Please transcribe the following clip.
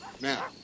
Now